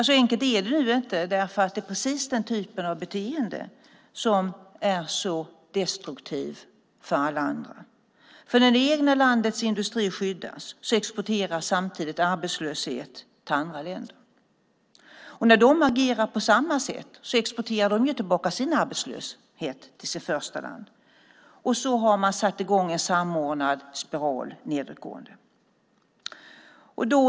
Så enkelt är det inte därför att det är precis den typen av beteende som är så destruktiv för alla andra. När det egna landets industri skyddas exporteras samtidigt arbetslöshet till andra länder. Och när de agerar på samma sätt exporterar de tillbaka sin arbetslöshet till det första landet. Då har man satt i gång en samordnad nedåtgående spiral.